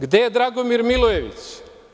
Gde je Dragomir Milojević?